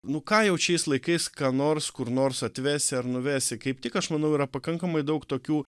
nu ką jau šiais laikais ką nors kur nors atvesi ar nuvesi kaip tik aš manau yra pakankamai daug tokių